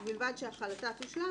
ובלבד שהחלתה תושלם,